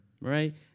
right